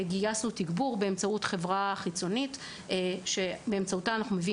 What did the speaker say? גייסנו תגבור באמצעות חברה חיצונית על מנת